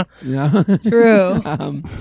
True